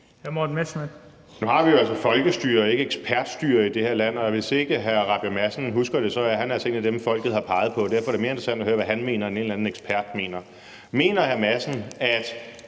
Nu har vi jo altså folkestyre og ikke ekspertstyre i det her land, og hvis ikke hr. Christian Rabjerg Madsen husker det, så er han altså en af dem, folket har peget på, og derfor er det mere interessant at høre, hvad han mener, end hvad en eller anden ekspert mener. Mener hr. Christian